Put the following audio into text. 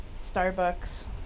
Starbucks